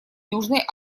южной